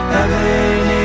Heaven